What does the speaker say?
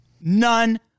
None